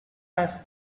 passed